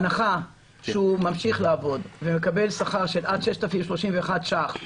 בהנחה שהוא ממשיך לעבוד ומקבל שכר של עד 6,031 שקלים,